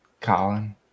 Colin